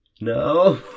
No